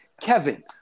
Kevin